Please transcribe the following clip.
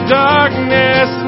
darkness